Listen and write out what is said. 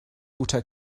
guter